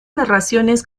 narraciones